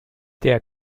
der